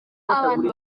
bantu